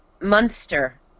Munster